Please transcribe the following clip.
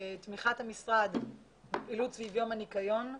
תמיכת המשרד בפעילות סביב יום הניקיון,